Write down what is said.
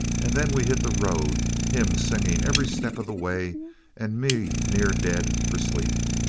and then we hit the road, him singing every step of the way and me near dead for sleep.